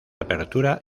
apertura